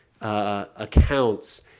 accounts